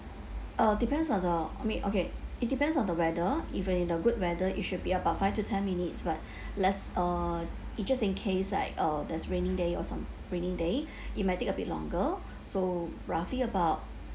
uh depends on the I mean okay it depends on the weather if we're in good whether it should be about five to ten minutes but let's uh it just in case like uh there's raining day or some raining day it might take a bit longer so roughly about